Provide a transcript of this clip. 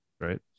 right